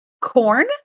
Corn